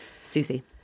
Susie